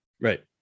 right